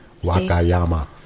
Wakayama